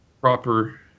proper